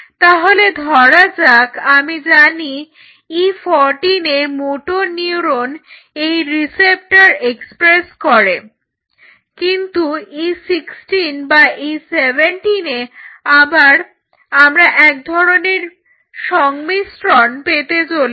তাহলে ধরা যাক আমি জানি E14 এ মোটর নিউরন এই রিসেপ্টর এক্সপ্রেস করে কিন্তু E16 বা E17 এ আবার আমরা এক ধরনের সংমিশ্রণ পেতে চলেছি